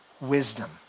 wisdom